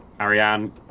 Ariane